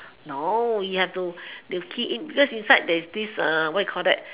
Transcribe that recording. no you have you have to key cause inside there's this what do you call that